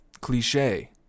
cliche